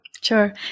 Sure